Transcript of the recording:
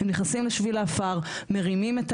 הם נכנסים לשביל עפר, מרימים את